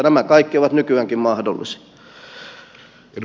nämä kaikki ovat nykyäänkin mahdollisia